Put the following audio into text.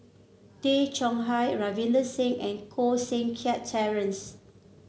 Tay Chong Hai Ravinder Singh and Koh Seng Kiat Terence